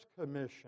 commission